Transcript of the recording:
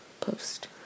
post